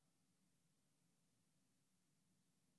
מזאת,